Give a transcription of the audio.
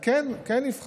אני כן אבחן,